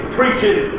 preaching